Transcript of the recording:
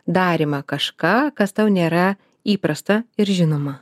darymą kažką kas tau nėra įprasta ir žinoma